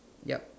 yup